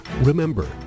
Remember